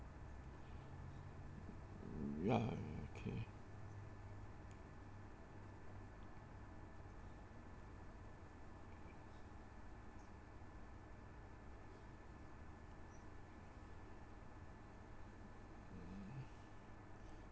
ya okay